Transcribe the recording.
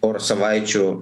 porą savaičių